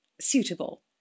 suitable